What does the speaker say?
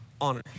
honor